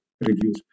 reviews